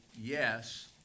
yes